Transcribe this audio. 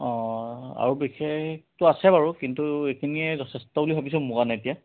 অ আৰু বিশেষটো আছে বাৰু কিন্তু এইখিনিয়ে যথেষ্ট বুলি ভাবিছোঁ মোৰ কাৰণে এতিয়া